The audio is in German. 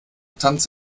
tanz